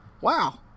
Wow